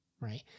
right